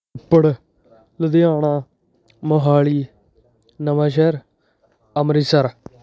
Ropar Ludhiana Mohali Nawanshahr Amritsar